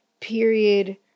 period